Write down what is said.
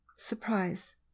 Surprise